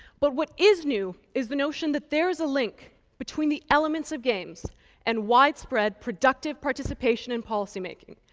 but what is new, is the notion that there is a link between the elements of games and widespread productive participation in policy making.